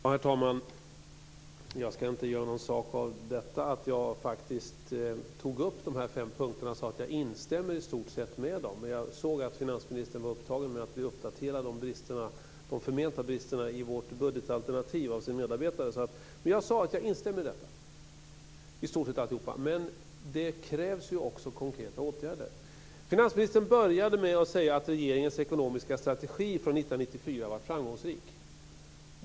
Herr talman! Jag ska inte göra någon sak av att jag faktiskt tog upp de fem punkterna och sade att jag instämmer med dem. Jag såg att finansministern var upptagen med att bli uppdaterad om de förmenta bristerna i vårt budgetalternativ av sin medarbetare. Jag sade att jag i stort sett instämmer i alltihop. Men det krävs också konkreta åtgärder. Finansministern började med att säga att regeringens ekonomiska strategi från 1994 har varit framgångsrik.